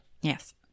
Yes